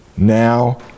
now